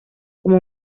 como